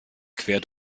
quer